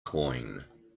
coin